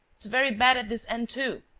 it's very bad at this end too.